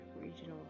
regional